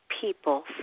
people